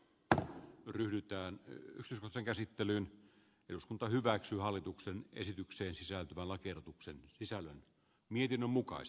tämä ylittää usein osan käsittelyyn eduskunta hyväksyy hallituksen esitykseen sisältyvän lakiehdotuksen sisällä niiden mukaan s